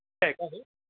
काय आहे का हे